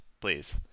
please